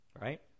Right